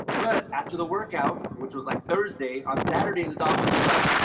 but after the workout, which was like thursday, on saturday the dog was just like